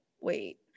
wait